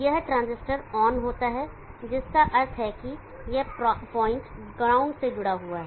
यह transistor on होता है जिसका अर्थ है कि यह पॉइंट ground से जुड़ा हुआ है